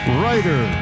writer